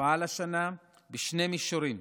פעל השנה בשני מישורים: